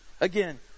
Again